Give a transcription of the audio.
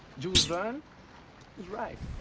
jules verne was right.